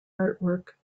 artwork